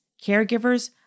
caregivers